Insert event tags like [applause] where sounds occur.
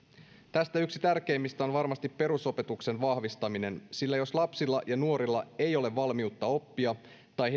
tästä yksi tärkeimmistä on varmasti perusopetuksen vahvistaminen sillä jos lapsilla ja nuorilla ei ole valmiutta oppia tai [unintelligible]